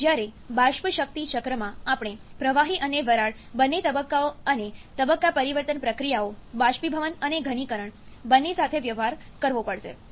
જ્યારે બાષ્પ શક્તિ ચક્રમાં આપણે પ્રવાહી અને વરાળ બંને તબક્કાઓ અને તબક્કા પરિવર્તન પ્રક્રિયાઓ બાષ્પીભવન અને ઘનીકરણ બંને સાથે વ્યવહાર કરવો પડે છે